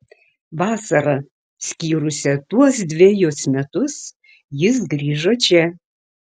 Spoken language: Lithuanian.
vasarą skyrusią tuos dvejus metus jis grįžo čia